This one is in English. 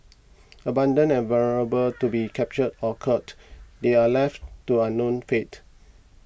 abandoned and vulnerable to being captured or culled they are left to unknown fate